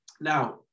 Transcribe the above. Now